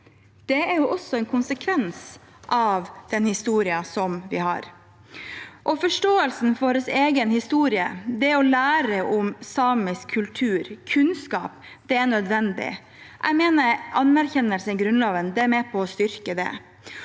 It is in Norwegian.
Det er også en konsekvens av den historien vi har. Forståelsen for vår egen historie og det å lære om og ha kunnskap om samisk kultur er nødvendig. Jeg mener anerkjennelse i Grunnloven er med på å styrke det.